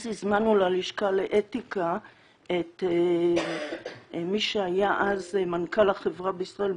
הזמנו אז ללשכה לאתיקה את מי שהיה אז מנכ"ל החברה בישראל,